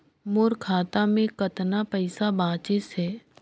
मोर खाता मे कतना पइसा बाचिस हे?